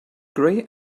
grey